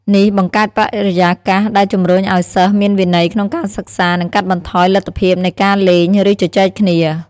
នេះបង្កើតបរិយាកាសដែលជំរុញឲ្យសិស្សមានវិន័យក្នុងការសិក្សា និងកាត់បន្ថយលទ្ធភាពនៃការលេង ឬជជែកគ្នា។